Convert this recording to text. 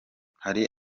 hari